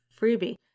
freebie